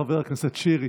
חבר הכנסת שירי,